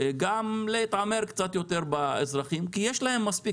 גם להתעמר קצת יותר באזרחים, כי יש להם מספיק.